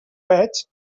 veig